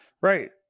Right